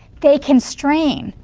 they constrain,